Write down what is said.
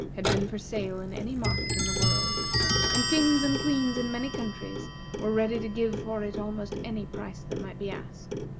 had been for sale in any market in the world and kings and queens in many countries were ready to give for it almost any price that might be asked.